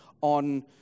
on